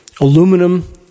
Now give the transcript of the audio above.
Aluminum